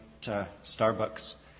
Starbucks